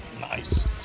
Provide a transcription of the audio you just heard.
Nice